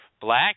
black